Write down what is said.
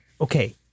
Okay